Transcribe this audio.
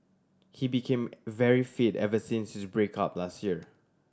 he became very fit ever since his break up last year